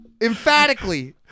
Emphatically